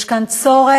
יש כאן צורך